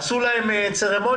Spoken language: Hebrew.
עשו להם טקס,